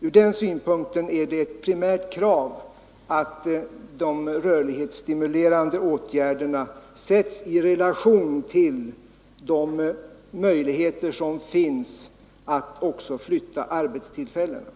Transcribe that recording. Ur den synpunkten är det ett primärt krav att de rörlighetsstimulerande åtgärderna sätts i relation till de möjligheter som finns att också flytta arbetstillfällena.